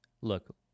Look